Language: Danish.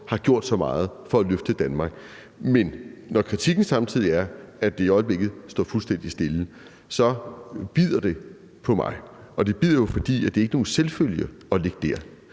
har gjort så meget for at løfte Danmark, men når kritikken samtidig er, at det i øjeblikket står fuldstændig stille, så bider det på mig. Og det bider jo, fordi det ikke er nogen selvfølge at ligge der.